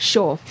Sure